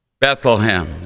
Bethlehem